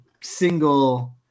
single